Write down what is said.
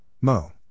Mo